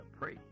pray